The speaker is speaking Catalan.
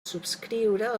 subscriure